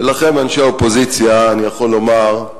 לכם, אנשי האופוזיציה, אני יכול לומר,